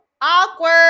awkward